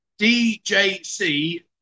DJC